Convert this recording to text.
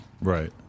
Right